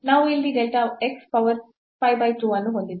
ನಾವು ಇಲ್ಲಿ delta x power 5 by 2 ಅನ್ನು ಹೊಂದಿದ್ದೇವೆ